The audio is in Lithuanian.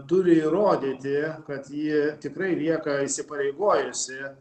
turi įrodyti kad ji tikrai lieka įsipareigojusi